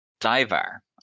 Diver